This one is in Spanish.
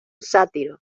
sátiro